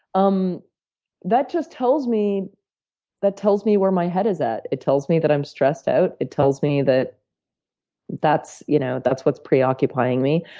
um that just tells me that just tells me where my head is at. it tells me that i'm stressed out. it tells me that that's you know that's what's preoccupying me.